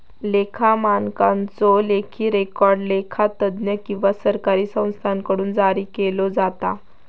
लेखा मानकांचो लेखी रेकॉर्ड लेखा तज्ञ किंवा सरकारी संस्थांकडुन जारी केलो जाता